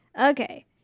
Okay